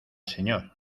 señor